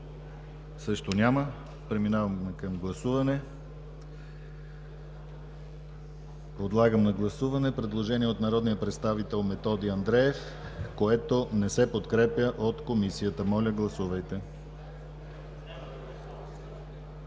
Няма. Преминаваме към гласуване. Подлагам на гласуване предложение от народния представител Методи Андреев, което не се подкрепя от Комисията. Гласували